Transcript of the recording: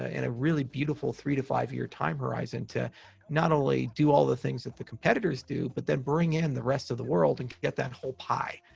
and a really beautiful three to five year time horizon to not only do all the things that the competitors do, but then bring in the rest of the world and get that whole pie,